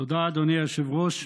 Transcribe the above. תודה, אדוני היושב-ראש.